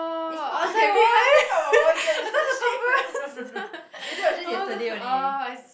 it's not every Wednesday talk about boy girl relationship no no no it that was just yesterday only